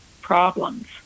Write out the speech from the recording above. problems